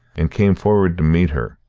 and came forward to meet her.